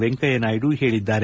ವೆಂಕಯ್ಯ ನಾಯ್ದು ಹೇಳಿದ್ದಾರೆ